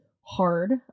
hard